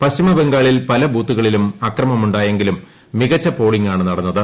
പശ്ചിമബംഗാളിൽ പല ബൂത്തുകളിലും അക്രമം ഉണ്ടാരിയ്ക്കീലും മികച്ച പോളിംഗാണ് നടന്നത്